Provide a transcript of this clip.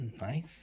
Nice